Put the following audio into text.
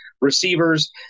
receivers